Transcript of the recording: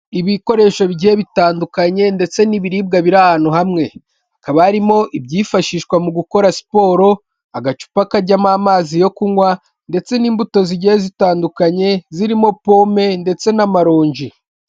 Ibikoresho bigiye bitandukanye ndetse n'ibiribwa biri ahantu hamwe hakaba harimo ibyifashishwa mu gukora siporo agacupa kajyamo amazi yo kunywa ndetse n'imbuto zigiye zitandukanye zirimo pomme ndetse n'amaronji.